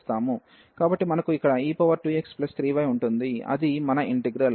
కాబట్టి మనకు ఇక్కడ e2x3y ఉంటుంది అది మన ఇంటిగ్రల్